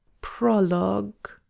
Prologue